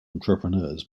entrepreneurs